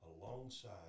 alongside